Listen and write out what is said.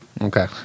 Okay